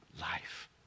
life